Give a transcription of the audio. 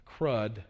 crud